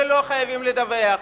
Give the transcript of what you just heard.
ולא חייבים לדווח,